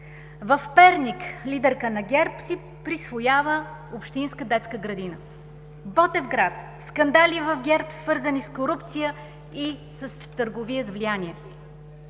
в Перник лидерка на ГЕРБ си присвоява общинска детска градина; в Ботевград – скандали в ГЕРБ, свързани с корупция и с търговия с влияние.